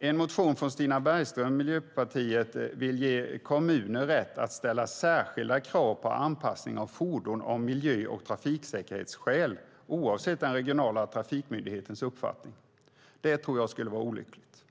I en motion från Stina Bergström, Miljöpartiet, vill man ge kommuner rätt att ställa särskilda krav på anpassning av fordon av miljö eller trafiksäkerhetsskäl oavsett den regionala trafikmyndighetens uppfattning. Det tror jag skulle vara olyckligt.